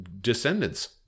descendants